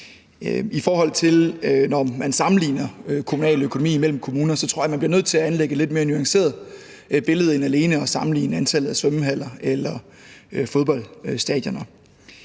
I forhold til når man sammenligner kommunaløkonomien mellem kommuner, tror jeg, at man bliver nødt til at anlægge et lidt mere nuanceret billede end alene at sammenligne antallet af svømmehaller eller fodboldstadioner.